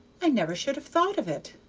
i never should have thought of it,